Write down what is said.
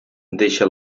deixe